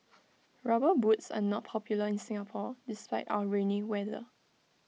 rubber boots are not popular in Singapore despite our rainy weather